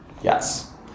Yes